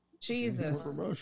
Jesus